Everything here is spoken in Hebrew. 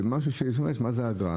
מה זאת אגרה?